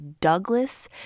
Douglas